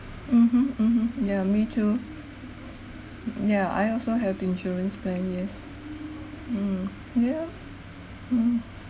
mmhmm mmhmm yeah me too yeah I also have insurance plans yes mm yeah mm